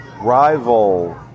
rival